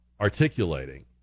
articulating